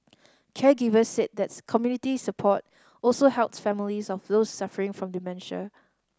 caregivers said that's community support also helps families of those suffering from dementia